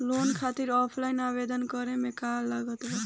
Loan खातिर offline आवेदन करे म का का लागत बा?